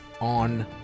on